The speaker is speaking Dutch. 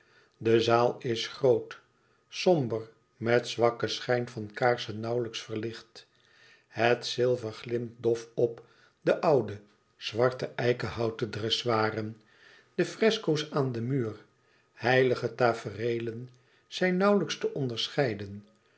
de zaal is groot somber met zwakken schijn van kaarsen nauwlijks verlicht het zilver glimt dof op de oude zwart eikenhouten dressoiren de fresco's aan den muur heilige tafereelen zijn nauwlijks te onderscheiden